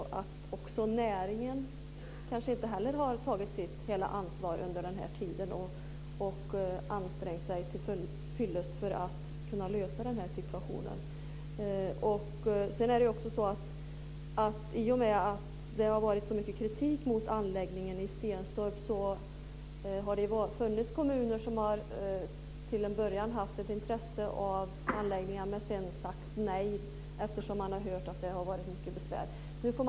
Kanske har näringen inte tagit sitt fulla ansvar under den här tiden och till fyllest ansträngt sig för att komma till rätta med situationen. Det har riktats mycket kritik mot anläggningen i Stenstorp, och vissa kommuner som till att börja med varit intresserade av en anläggning har sagt nej när de hört talas om de stora besvärligheterna.